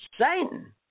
Satan